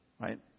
right